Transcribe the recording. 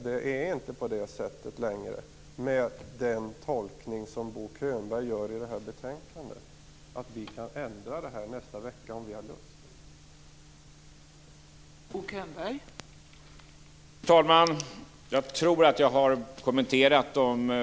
Det är inte på det sättet längre, med den tolkning som Bo Könberg gör i det här betänkandet, att vi kan ändra detta nästa vecka om vi har lust.